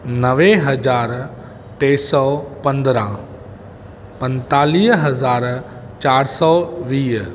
नवे हज़ार टे सौ पंद्रहां पंतालीह हज़ार चारि सौ वीह